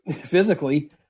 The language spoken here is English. physically